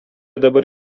dabar